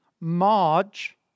Marge